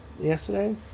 yesterday